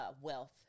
wealth